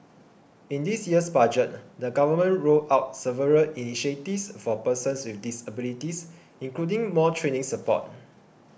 in this year's budget the government rolled out several initiatives for persons with disabilities including more training support